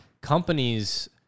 companies